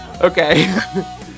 okay